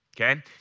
okay